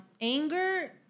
Anger